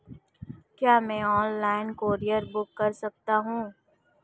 क्या मैं online courier book कर सकता हूँ?